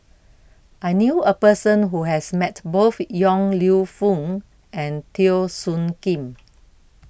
I knew A Person Who has Met Both Yong Lew Foong and Teo Soon Kim